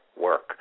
work